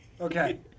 okay